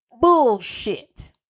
bullshit